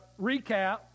recap